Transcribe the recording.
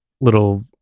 little